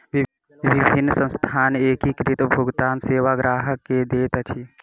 विभिन्न संस्थान एकीकृत भुगतान सेवा ग्राहक के दैत अछि